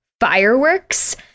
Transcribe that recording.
fireworks